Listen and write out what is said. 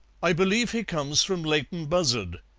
i believe he comes from leighton buzzard,